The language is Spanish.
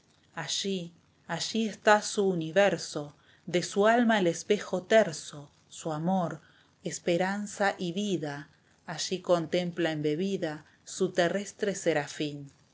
allí está su universo de su alma el espejo terso su amor esperanza y vida allí contempla embebida su terrestre serafín la